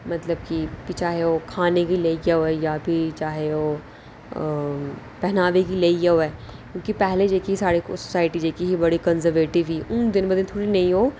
फ्ही चाहे ओह् खाने गी लेइयै होऐ जां पैहनावे गी लेइयै होऐ क्योंकि पैह्लें जेह्की साढ़ी सोसाइटी ही ओह् बड़ी कंज़रवेटिव ही हून दिन ब दिन थोह्ड़ी ओह्